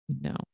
No